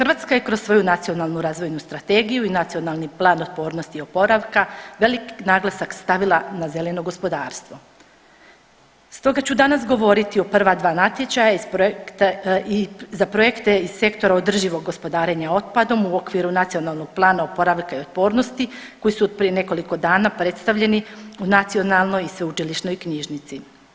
Hrvatska je kroz svoju Nacionalnu razvojnu strategiju i Nacionalni plan otpornosti i oporavka velik naglasak stavila na zeleno gospodarstvo, stoga ću danas govoriti o prva dva natječaja i za projekte iz Sektora održivog gospodarenja otpadom u okviru Nacionalnog plana oporavka i otpornosti koji su od prije nekoliko dana predstavljeni u nacionalnoj i sveučilišnoj knjižnici.